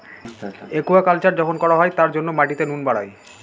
aquaculture যখন করা হয় তার জন্য মাটিতে নুন বাড়ায়